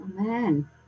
Amen